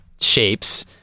shapes